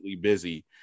busy